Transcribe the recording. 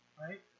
right